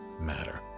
matter